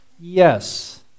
Yes